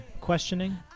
questioning